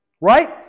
Right